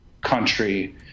country